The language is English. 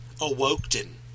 awoken